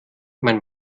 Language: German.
mein